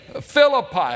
Philippi